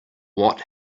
what